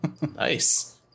Nice